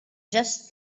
just